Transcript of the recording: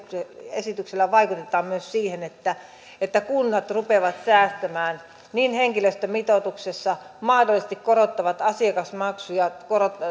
esityksellä vaikeutetaan myös siten että kunnat rupeavat säästämään henkilöstömitoituksessa mahdollisesti korottavat asiakasmaksuja